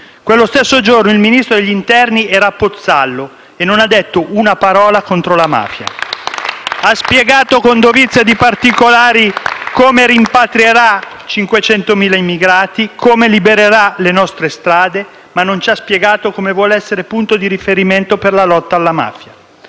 quello stesso giorno il Ministro dell'interno era a Pozzallo e non ha detto una parola contro la mafia. *(Applausi dal Gruppo PD)*. Ha spiegato con dovizia di particolari come rimpatrierà 500.000 immigrati, come libererà le nostre strade, ma non ci ha spiegato come vuole essere punto di riferimento per la lotta alla mafia.